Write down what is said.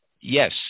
Yes